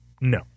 no